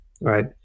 Right